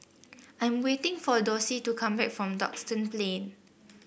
I am waiting for Dossie to come back from Duxton Plain